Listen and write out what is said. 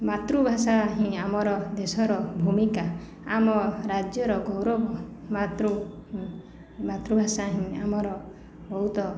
ମାତୃଭାଷା ହିଁ ଆମର ଦେଶର ଭୂମିକା ଆମ ରାଜ୍ୟର ଗୌରବ ମାତୃଭାଷା ହିଁ ଆମର ବହୁତ